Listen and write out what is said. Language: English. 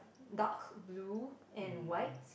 dark blue and white